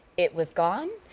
it was gone.